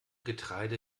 getreide